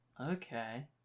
okay